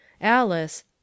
Alice